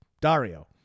Dario